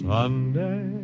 Sunday